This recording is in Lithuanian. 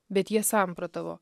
bet jie samprotavo